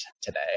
today